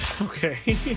Okay